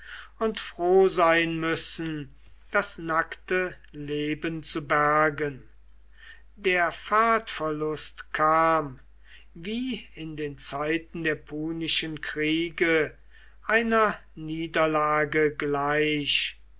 und froh sein müssen das nackte leben zu bergen der fahrtverlust kam wie in den zeiten der punischen kriege einer niederlage gleich